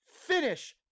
Finish